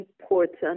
important